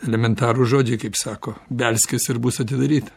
elementarūs žodžiai kaip sako belskis ir bus atidaryta